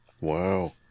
Wow